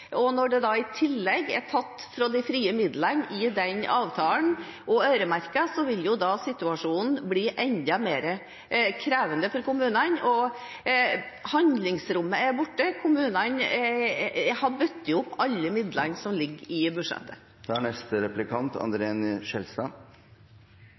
Og når det da i tillegg i den avtalen er tatt fra de frie midlene og de er blitt øremerket, vil situasjonen bli enda mer krevende for kommunene. Handlingsrommet er borte. Kommunene har bundet opp alle midlene som ligger i budsjettet.